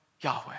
Yahweh